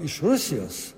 iš rusijos